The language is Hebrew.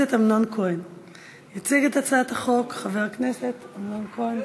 חוק ומשפט.